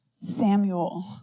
Samuel